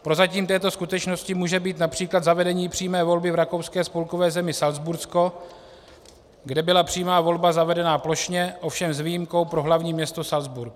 Prozatím této skutečnosti může být například zavedení přímé volby v rakouské spolkové zemi Salcbursko, kde byla přímá volba zavedena plošně, ovšem s výjimkou pro hlavní město Salcburk.